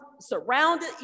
surrounded